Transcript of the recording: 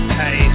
hey